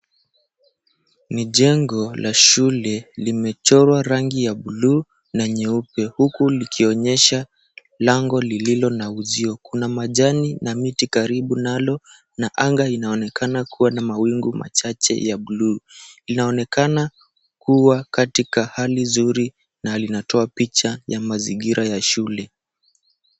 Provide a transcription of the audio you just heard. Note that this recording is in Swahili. Ni jengo la shule limechorwa rangi ya buluu na nyeupe huku likionyesha lango lililo na uzio. Kuna majani na miti karibu nalo na anga inaonekana kuwa na mawingu machache ya buluu. Linaonekana kuwa katika hali nzuri na linatoa picha ya mazingira ya shule.